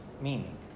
meaning